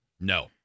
No